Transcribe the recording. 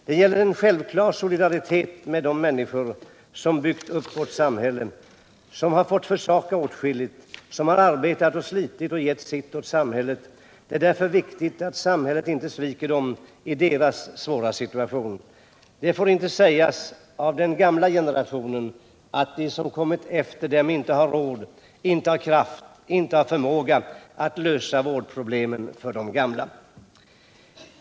Det gäller en självklar solidaritet med de människor som byggt upp vårt samhälle, som har fått försaka åtskilligt, som har arbetat och slitit och gett sitt åt samhället. Det är därför viktigt att samhället inte sviker dem i deras svåra situation. Det får inte sägas av den gamla generationen att de som kommer efter dem inte har råd, inte har kraft, inte har förmåga att lösa vårdproblemen för de gamla.